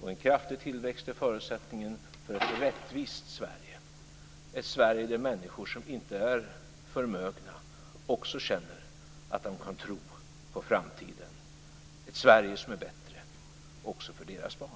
Och en kraftig tillväxt är förutsättningen för ett rättvist Sverige, ett Sverige där människor som inte är förmögna också känner att de kan tro på framtiden, ett Sverige som är bättre också för deras barn.